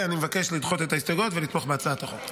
אני מבקש לדחות את ההסתייגויות ולתמוך בהצעת החוק.